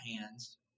hands